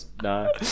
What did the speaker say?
No